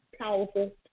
powerful